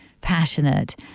passionate